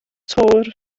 töwr